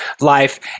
life